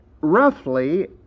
roughly